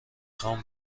خوام